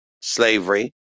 slavery